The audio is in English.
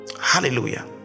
hallelujah